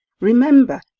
Remember